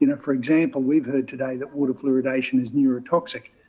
you know for example, we've heard today that water fluoridation is neurotoxic,